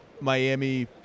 Miami